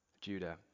Judah